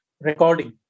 recording